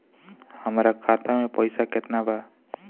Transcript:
हमरा खाता में पइसा केतना बा?